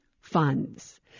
funds